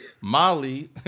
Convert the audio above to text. Molly